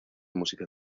música